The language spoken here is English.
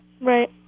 Right